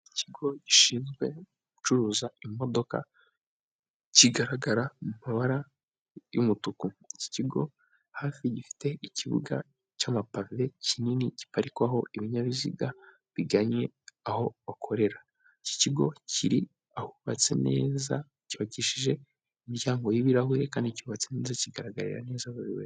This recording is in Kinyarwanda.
Ikigo gishinzwe gucuruza imodoka kigaragara mu mabara y'umutuku, iki kigo hafi gifite ikibuga cy'amapave kinini giparikwaho ibinyabiziga biganye aho bakorera, iki kigo kiri ahubatse neza cyubakishije imiryango y'ibirahure kandi cyubatse neza kigaragarira neza buri wese.